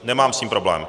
Nemám s tím problém.